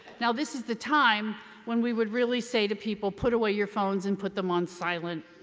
now this is the time when we would really say to people put away your phones and put them on silent.